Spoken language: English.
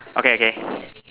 okay okay